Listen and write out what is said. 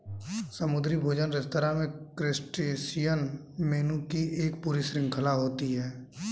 समुद्री भोजन रेस्तरां में क्रस्टेशियन मेनू की एक पूरी श्रृंखला होती है